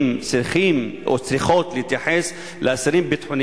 מבריחים טלפונים